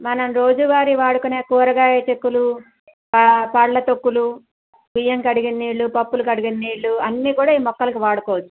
మనం రోజువారి వాడుకునే కూరగాయ చెక్కులు పళ్ళ తొక్కులు బియ్యం కడిగిన నీళ్లు పప్పులు కడిగి నీళ్లు అన్నీ కూడా ఈ మొక్కలకి వాడుకోవచ్చు